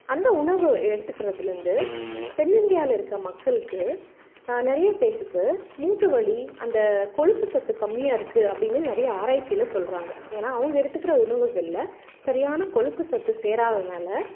அந்த உணவு எடுத்துக்கிறதுலேருந்து தென்னிந்தியாவில இருக்க மக்களுக்கு நிறைய பேர்த்துக்கு மூட்டுவலி அந்த கொழுப்பு சத்து கம்மியாக இருக்குது அப்படின்னு நிறைய ஆராய்ச்சியில சொல்கிறாங்க ஏன்னா அவங்க எடுத்துக்கிற உணவுகள்ல சரியான கொழுப்பு சத்து சேராததனால